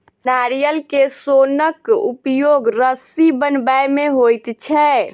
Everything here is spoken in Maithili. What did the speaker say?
नारियल के सोनक उपयोग रस्सी बनबय मे होइत छै